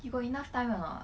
you got enough time or not